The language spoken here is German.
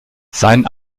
sein